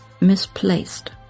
misplaced